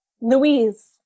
Louise